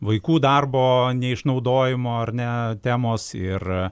vaikų darbo neišnaudojimo ar ne temos ir